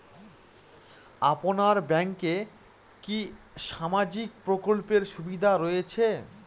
আপনার ব্যাংকে কি সামাজিক প্রকল্পের সুবিধা রয়েছে?